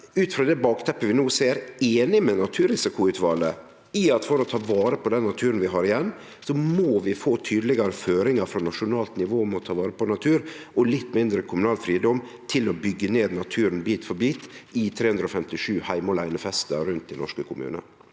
ut frå det bakteppet vi no ser, einig med naturrisikoutvalet i at for å ta vare på den naturen vi har igjen, må vi få tydelegare føringar frå nasjonalt nivå om å ta vare på natur, og litt mindre kommunal fridom til å byggje ned naturen bit for bit i 357 heime åleine-festar rundt i norske kommunar?